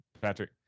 Patrick